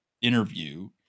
interview